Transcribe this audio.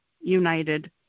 united